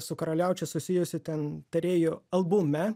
su karaliaučiu susijusi ten tarėjų albume